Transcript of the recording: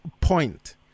point